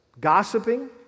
gossiping